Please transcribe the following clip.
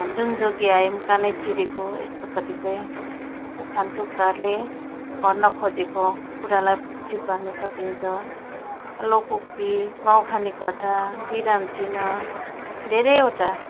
जुन जोगी आए पनि कानै चिरेको यस्तो कतिपय उखान तुक्काहरूले भन्न खोजेको कुरालाई पुष्टी पार्नु सकिन्छ लोकोक्ति गाउँखाने कथा विराम चिन्ह धेरैवटा